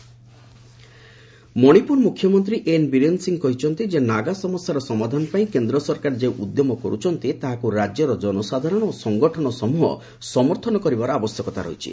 Manipur CM Manipur ମୁଖ୍ୟମନ୍ତ୍ରୀ N Biren Singh କହିଛନ୍ତି ଯେ ନାଗା ସମସ୍ୟାର ସମାଧାନ ପାଇଁ କେନ୍ଦ୍ର ସରକାର ଯେଉଁ ଉଦ୍ୟମ କରୁଛନ୍ତି ତାହାକୁ ରାଜ୍ୟର ଜନସାଧାରଣ ଓ ସଂଗଠନ ସମୂହ ସମର୍ଥନ କରିବାର ଆବଶ୍ୟକତା ରହିଛି